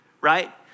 right